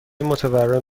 متورم